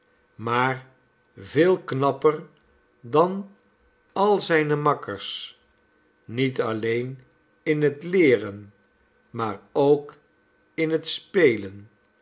maar veel knapper dan al zijne makkers niet alleen in het leeren maar ook in het spelen